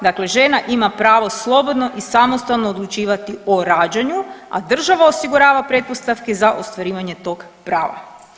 Dakle, žena ima pravo slobodno i samostalno odlučivati o rađanju, a država osigurava pretpostavke za ostvarivanje tog prava.